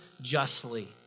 justly